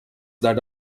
that